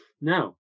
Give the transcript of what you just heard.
now